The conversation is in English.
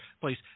please